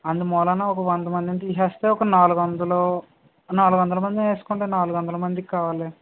అందుమూలాన ఒక వందమందిని తీసేస్తే ఒక నాలుగొందల నాలుగొందలమంది వేసుకుంటే నాలుగొందలమందికి కావాలి